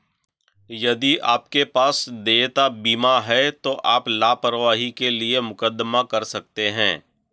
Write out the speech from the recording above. यदि आपके पास देयता बीमा है तो आप लापरवाही के लिए मुकदमा कर सकते हैं